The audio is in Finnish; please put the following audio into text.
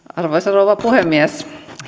arvoisa rouva puhemies